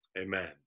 amen